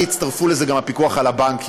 אז שזה יהיה קבוע בנהלים,